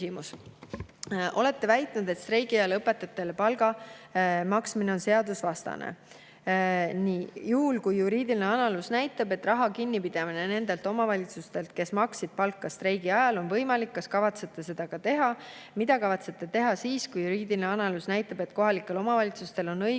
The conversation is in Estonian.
olete väitnud, et streigi ajal õpetajatele palga maksmine on seadusevastane. [---] Juhul, kui juriidiline analüüs näitab, et raha kinnipidamine nendelt omavalitsustelt, kes maksid palka streigi ajal, on võimalik, kas kavatsete seda ka teha? Mida kavatsete teha siis, kui juriidiline analüüs näitab, et kohalike omavalitsustel oli õigus